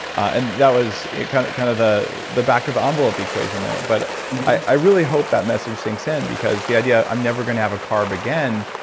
and that was kind of kind of the the back of the envelope equation there. but i really hope that message being sent. because the idea i'm never going to have a carb again,